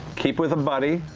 keep with a buddy.